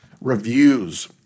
reviews